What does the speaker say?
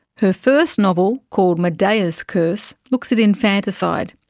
her first novel, called medea's curse, looks at infanticide,